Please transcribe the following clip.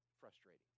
frustrating